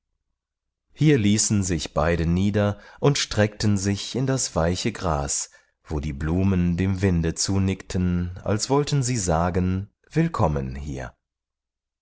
hier ließen sich beide nieder und streckten sich in das weiche gras wo die blumen dem winde zunickten als wollten sie sagen willkommen hier